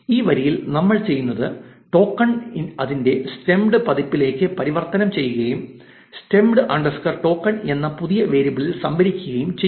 ഈ വരിയിൽ നമ്മൾ ചെയ്യുന്നത് ടോക്കൺ അതിന്റെ സ്റ്റെംഡ് പതിപ്പിലേക്ക് പരിവർത്തനം ചെയ്യുകയും സ്റ്റെംഡ് അണ്ടർസ്കോർ ടോക്കൺ എന്ന പുതിയ വേരിയബിളിൽ സംഭരിക്കുകയും ചെയ്യുന്നു